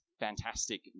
fantastic